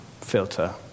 filter